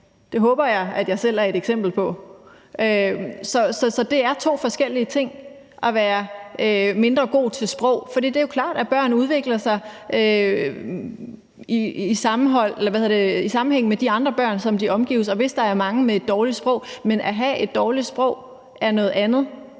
Det håber jeg at jeg selv er et eksempel på. Så det er to forskellige ting. Det er klart, at børn udvikler sig i sammenhæng med de andre børn, som omgiver dem, og så kan der være mange med et dårligt sprog, men at have et dårligt sprog er noget andet